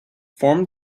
formed